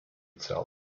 itself